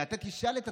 ואתה תשאל את עצמך: